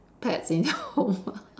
pets in your home ah